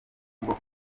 bwoko